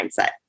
mindset